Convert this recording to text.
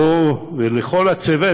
לו ולכל הצוות,